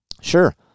Sure